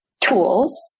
tools